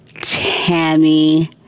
Tammy